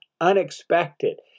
unexpected